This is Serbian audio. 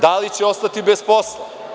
Da li će ostati bez posla?